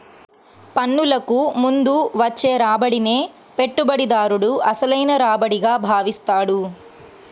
పన్నులకు ముందు వచ్చే రాబడినే పెట్టుబడిదారుడు అసలైన రాబడిగా భావిస్తాడు